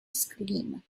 scream